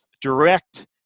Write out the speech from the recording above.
direct